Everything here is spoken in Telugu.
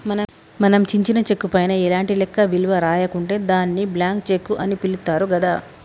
మనం చించిన చెక్కు పైన ఎలాంటి లెక్క విలువ రాయకుంటే దాన్ని బ్లాంక్ చెక్కు అని పిలుత్తారు గదా